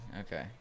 okay